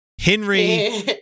Henry